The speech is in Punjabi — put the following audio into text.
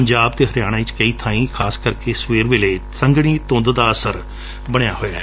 ਪੰਜਾਬ ਅਤੇ ਹਰਿਆਣਾ ਵਿਚ ਕਈ ਬਾਈਂ ਖਾਸਕਰਕੇ ਸਵੇਰ ਵੇਲੇ ਸੰਘਣੀ ਧੁੰਦ ਦਾ ਅਸਰ ਬਣਿਆ ਹੋਇਐ